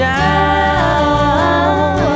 down